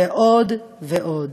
ועוד ועוד.